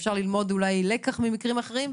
אפשר אולי ללמוד לקח ממקרים אחרים,